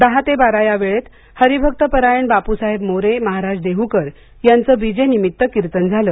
दहा ते बारा या वेळेत हरिभक्त परायण बाप्साहेब मोरे महाराज देहूकर यांचं बीजे निमित्त कीर्तन झालं